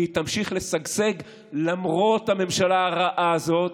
והיא תמשיך לשגשג למרות הממשלה הרעה הזאת.